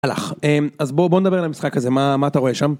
אז בוא, בוא נדבר על המשחק הזה, מה, מה אתה רואה שם?